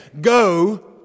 go